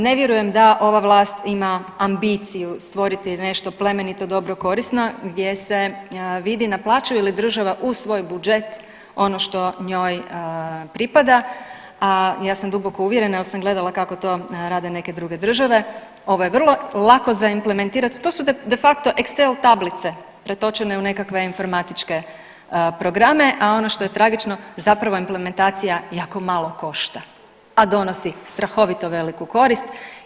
Ne vjerujem da ova vlast ima ambiciju stvoriti nešto plemenito, dobro i korisno gdje se vidi naplaćuje li država u svoj budžet ono što njoj pripada, a ja sam duboko uvjerena jel sam gledala kako to rade neke druge države, ovo je vrlo lako za implementirat, to su de facto Excel tablice pretočene u nekakve informatičke programe, a ono što je tragično zapravo implementacija jako malo košta, a donosi strahovito veliku korist.